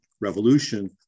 Revolution